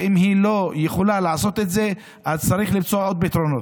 ואם היא לא יכולה לעשות את זה אז צריך למצוא עוד פתרונות.